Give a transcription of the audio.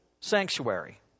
sanctuary